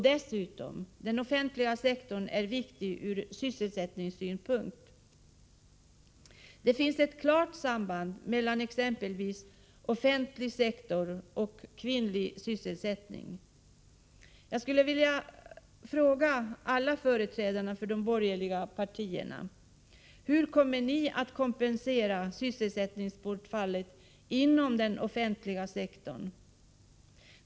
Den offentliga sektorn är också viktig ur sysselsättningssynpunkt. Det finns ett klart samband mellan exempelvis offentlig sektor och kvinnlig sysselsättning. Jag skulle vilja fråga alla företrädare för de borgerliga partierna: Hur kommer ni att kompensera sysselsättningsbortfallet inom den offentliga sektorn?